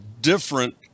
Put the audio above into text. different